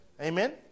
Amen